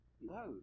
no